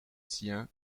tian